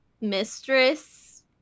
mistress